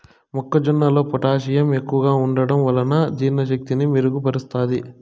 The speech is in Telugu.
మొక్క జొన్నలో పొటాషియం ఎక్కువగా ఉంటడం వలన జీర్ణ శక్తిని మెరుగు పరుస్తాది